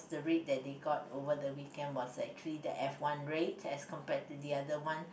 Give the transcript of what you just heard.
the rate that they got over the weekend was actually the F one rate as compared to the other one